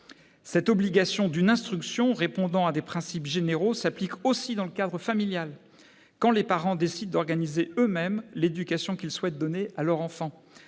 Cette obligation d'une instruction répondant à des principes généraux s'applique aussi dans le cadre familial, quand les parents décident d'organiser eux-mêmes l'éducation qu'ils souhaitent donner à leurs enfants.